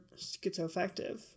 schizoaffective